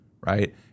right